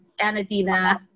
Anadina